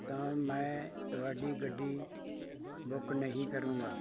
ਤਾਂ ਮੈਂ ਤੁਹਾਡੀ ਗੱਡੀ ਬੁੱਕ ਨਹੀਂ ਕਰੂੰਗਾ